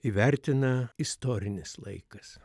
įvertina istorinis laikas